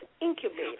incubator